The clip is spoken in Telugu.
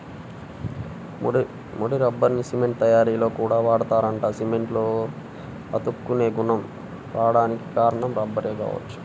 ముడి రబ్బర్ని సిమెంట్ తయ్యారీలో కూడా వాడతారంట, సిమెంట్లో అతుక్కునే గుణం రాడానికి కారణం రబ్బరే గావచ్చు